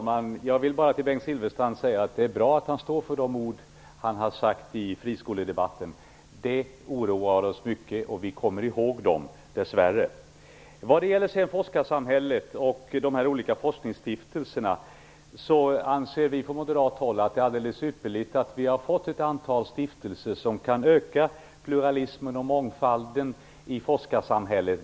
Herr talman! Jag vill bara säga till Bengt Silfverstrand att det är bra att han står för det som han har sagt i friskoledebatten. Detta oroar oss mycket, och vi kommer dessvärre ihåg det. Vad gäller forskarsamhället och de olika forskningsstiftelserna anser vi från moderat håll att det är alldeles ypperligt att vi har fått ett antal stiftelser. De kan öka pluralismen och mångfalden i forskarsamhället.